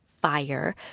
Fire